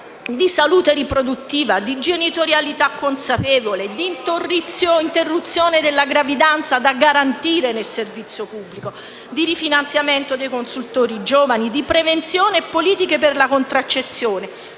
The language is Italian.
di salute riproduttiva, di genitorialità consapevole, di interruzione della gravidanza da garantire nel servizio pubblico, di rifinanziamento dei consultori giovani, di prevenzione e politiche per la contraccezione